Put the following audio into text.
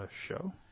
show